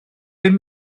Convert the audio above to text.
bum